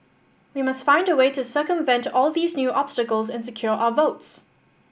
we must find a way to circumvent all these new obstacles and secure our votes